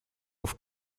auf